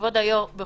כבוד היושב-ראש, אני